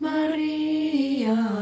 Maria